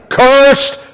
cursed